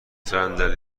صندلی